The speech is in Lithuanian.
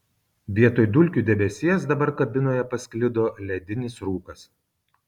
vietoj dulkių debesies dabar kabinoje pasklido ledinis rūkas